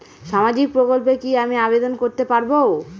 সামাজিক প্রকল্পে কি আমি আবেদন করতে পারবো?